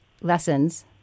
lessons